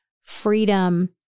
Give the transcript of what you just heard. freedom